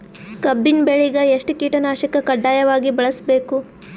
ಕಬ್ಬಿನ್ ಬೆಳಿಗ ಎಷ್ಟ ಕೀಟನಾಶಕ ಕಡ್ಡಾಯವಾಗಿ ಬಳಸಬೇಕು?